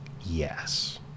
yes